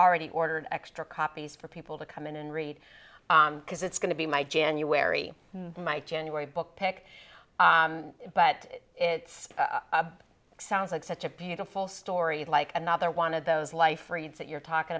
already ordered extra copies for people to come in and read because it's going to be my january my january book pick but it sounds like such a beautiful story like another one of those life reads that you're talking